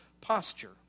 posture